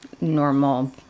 normal